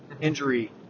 injury